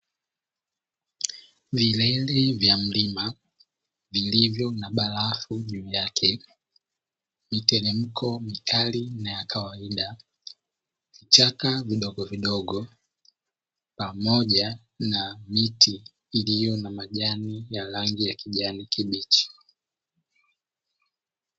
Vilele vya mlima vilivyo na barafu juu yake, miteremko mikali na ya kawaida, vichaka vidogovidogo pamoja na miti iliyo na majani ya rangi ya kijani kibichi.